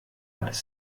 alles